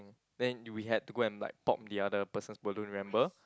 then we had to go and like pop the other person's balloon remember